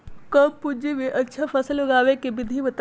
कम पूंजी में अच्छा फसल उगाबे के विधि बताउ?